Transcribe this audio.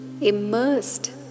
immersed